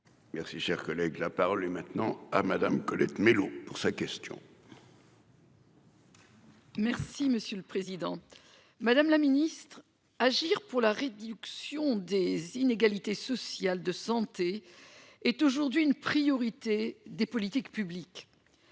Merci, cher collègue, la parole est maintenant à Madame, Colette Mélot pour sa question. Merci, monsieur le Président Madame la Ministre agir pour la réduction des inégalités sociales de santé. Est aujourd'hui une priorité des politiques publiques.